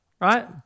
right